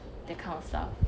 that kind of stuff